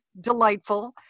delightful